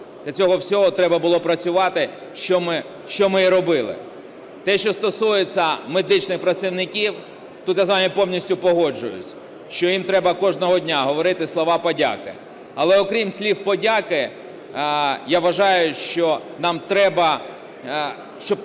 Для цього всього треба було працювати, що ми і робили. Те, що стосується медичних працівників, тут я з вами повністю погоджуюсь, що їм треба кожного дня говорити слова подяки. Але окрім слів подяки, я вважаю, що нам треба, щоб заробітна